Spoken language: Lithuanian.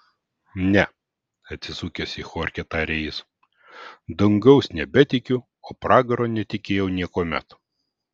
ne atsisukęs į chorchę tarė jis dangaus nebetikiu o pragaro netikėjau niekuomet